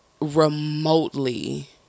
remotely